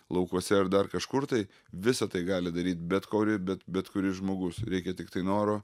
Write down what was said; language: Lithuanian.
laukuose ar dar kažkur tai visa tai gali daryt bet kori bet bet kuris žmogus reikia tiktai noro